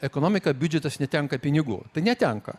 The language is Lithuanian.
ekonomiką biudžetas netenka pinigų netenka